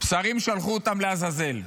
שרים שלחו אותם לעזאזל.